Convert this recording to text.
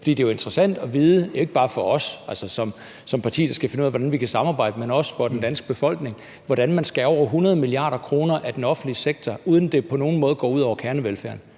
For det er jo interessant at vide – ikke bare for os som parti, der skal finde ud af, hvordan vi kan samarbejde, men også for den danske befolkning – hvordan man kan skære over 100 mia. kr. af den offentlige sektor, uden at det på nogen måde går ud over kernevelfærden.